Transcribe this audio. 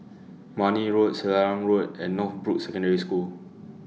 Marne Road Selarang Road and Northbrooks Secondary School